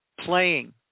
playing